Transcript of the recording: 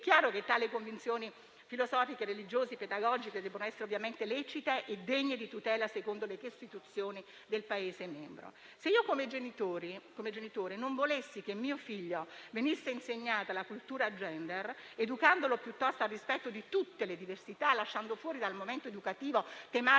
È chiaro che tali convinzioni filosofiche, religiose e pedagogiche devono essere lecite e degne di tutela secondo le istituzioni del Paese membro. Se, come genitore, non volessi che a mio figlio venisse insegnata la cultura *gender,* educandolo piuttosto al rispetto di tutte le diversità, lasciando fuori dal momento educativo tematiche